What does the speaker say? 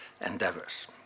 endeavors